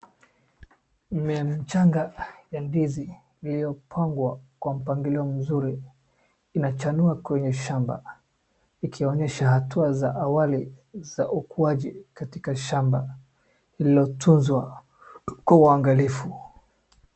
Mimea michanga ya ndizi iliyopangwa kwa mpangilio mzuri. Inachanua kwenye shamba ikionyesha hatua za awali za ukuaji katika shamba lililotunzwa kwa uangalifu.